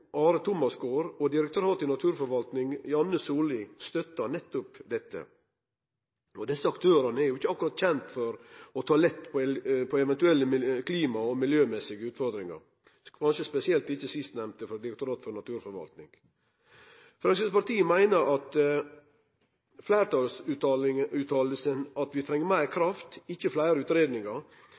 Are Tomasgard og direktør i Direktoratet for naturforvaltning, Janne Sollie, støtta nettopp dette. Desse aktørane er jo ikkje kjende for å ta lett på eventuelle klima- og miljømessige utfordringar, kanskje spesielt ikkje sistnemnde, frå Direktoratet for naturforvaltning. Framstegspartiet meiner at fleirtalets utsegn om at vi treng meir kraft, ikkje fleire